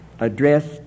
address